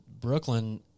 Brooklyn